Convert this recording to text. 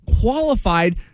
qualified